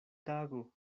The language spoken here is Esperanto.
tago